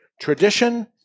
tradition